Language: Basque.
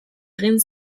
egin